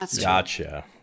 Gotcha